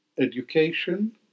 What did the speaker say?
education